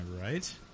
right